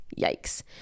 yikes